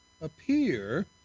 appear